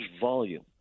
volume